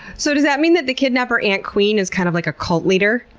so does that mean that the kidnapper ant queen is kind of like a cult leader?